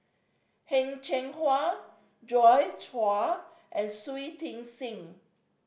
Heng Cheng Hwa Joi Chua and Shui Tit Sing